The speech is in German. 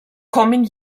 kommen